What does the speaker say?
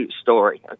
story